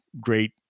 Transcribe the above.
great